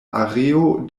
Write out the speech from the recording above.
areo